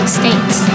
states